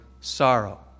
sorrow